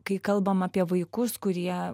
kai kalbam apie vaikus kurie